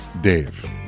Dave